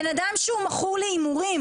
בן-אדם שמכור להימורים